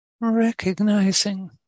Recognizing